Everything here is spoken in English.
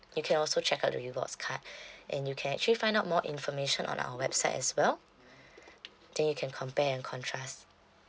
you can also check out the rewards card and you can actually find out more information on our website as well then you can compare and contrast